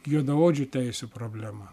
juodaodžių teisių problema